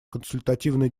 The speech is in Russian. консультативной